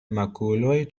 makuloj